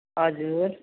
हजुर